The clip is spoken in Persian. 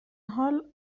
حال